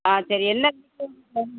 ஆ சரி என்ன